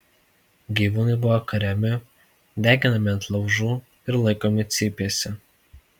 gyvūnai buvo kariami deginami ant laužų ir laikomi cypėse